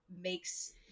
makes